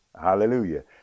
hallelujah